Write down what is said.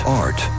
art